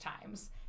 times